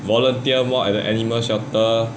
volunteer more at the animal shelter